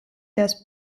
des